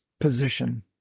position